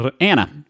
Anna